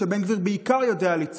שבן גביר יודע בעיקר לצעוק